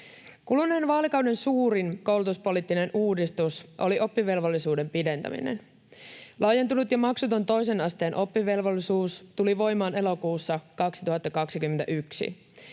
Kuluneen vaalikauden suurin koulutuspoliittinen uudistus oli oppivelvollisuuden pidentäminen. Laajentunut ja maksuton toisen asteen oppivelvollisuus tuli voimaan elokuussa 2021.